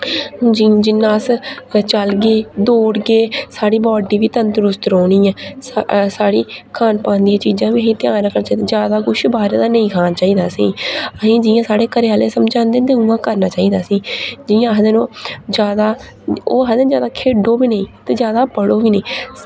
जिन्ना अस चलगे दौड़गे साढ़ी बाड्डी बी तंदतरुस्त रौह्नी ऐ साढ़ी खानपान दियां चीजां बी असें ई ध्यान रक्खना चाहिदियां जैदा किश बाह्रै दा असें ई नेईं खाना चाहिदा असें ई जि'यां साढ़े घरेआह्ले चांह्दे न ते उ'आं करना चाहिदा असें ई जि'यां आखदे न ओह् आखदे न जैदा खेढो बी नेईं ते जैदा पढ़ो बी नेईं